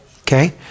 okay